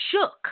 shook